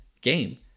game